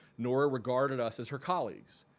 nora regarded us as her colleagues.